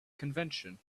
convention